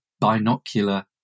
binocular